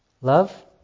Love